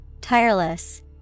Tireless